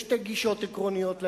יש שתי גישות עקרוניות לעניין.